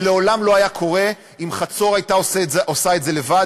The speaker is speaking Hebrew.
זה לעולם לא היה קורה אם חצור הייתה עושה את זה לבד,